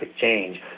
change